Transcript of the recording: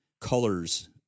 colors